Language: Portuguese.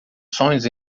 sonhos